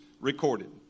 recorded